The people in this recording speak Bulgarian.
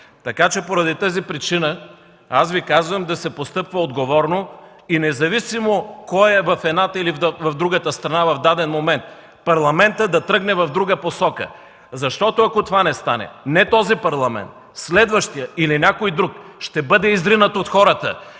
Поради тази причина казвам да се постъпва отговорно и независимо кой е – едната или в другата страна, в даден момент Парламентът да тръгне в друга посока, защото ако това не стане, не този Парламент, а следващият, или някой друг ще бъде изринат от хората.